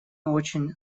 очень